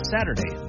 Saturday